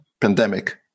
pandemic